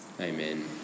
Amen